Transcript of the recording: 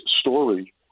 story